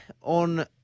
on